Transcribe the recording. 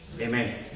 Amen